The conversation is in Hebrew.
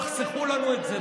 תחסכו לנו את זה,